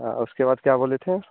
उसके बाद क्या बोले थे